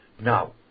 Now